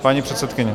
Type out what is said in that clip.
Paní předsedkyně.